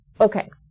okay